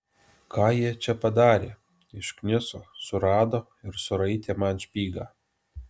ką jie čia padarė iškniso surado ir suraitė man špygą